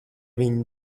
viņu